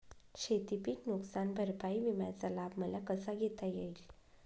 शेतीपीक नुकसान भरपाई विम्याचा लाभ मला कसा घेता येईल?